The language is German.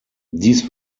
dies